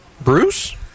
Bruce